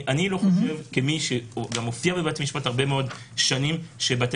אני לא חושב כמי שגם הופיע בבית המשפט הרבה מאוד שנים שבתי